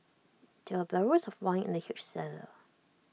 there were barrels of wine in the huge cellar